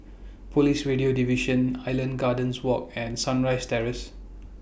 Police Radio Division Island Gardens Walk and Sunrise Terrace